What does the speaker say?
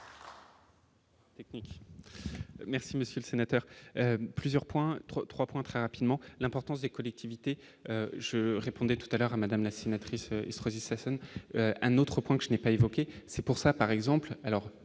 Merci, monsieur le sénateur, plusieurs points 3 points très rapidement, l'importance des collectivités je répondais tout à l'heure à Madame national se hisse résister Hassan, un autre point que je n'ai pas évoqué, c'est pour ça par exemple, alors